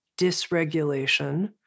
dysregulation